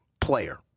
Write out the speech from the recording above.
player